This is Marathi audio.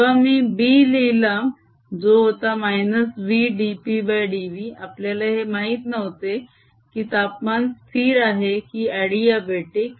जेव्हा मी B लिहिला जो होता -v dp dv आपल्याला हे माहित नव्हते की तापमान स्थिर आहे की अडीअबेतिक